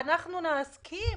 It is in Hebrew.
אנחנו נסכים